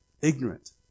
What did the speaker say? ignorant